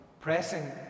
pressing